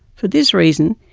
for this reason,